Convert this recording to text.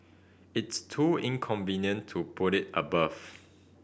it's too inconvenient to put it above